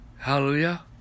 Hallelujah